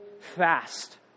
fast